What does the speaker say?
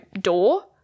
door